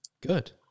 good